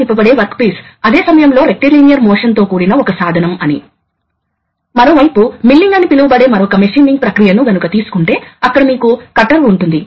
కాబట్టి push button నొక్కలేనప్పుడు ఈ సప్లై మూసివేయబడుతుంది మరియు సిలిండర్ ఎగ్జాస్ట్కు అనుసంధానించబడుతుంది